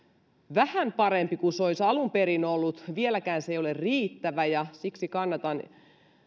vähän parempi kuin se olisi alun perin ollut vieläkään se ei ole riittävä ja siksi kannatan